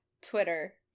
Twitter